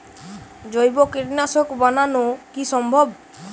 জৈব কীটনাশক বানানো কি সম্ভব?